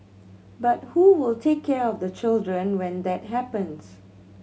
but who will take care of the children when that happens